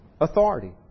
authority